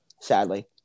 sadly